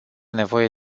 nevoie